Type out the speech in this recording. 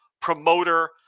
promoter